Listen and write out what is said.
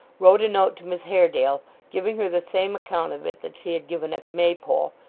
wrote a note to miss haredale giving her the same account of it that she had given at the maypole,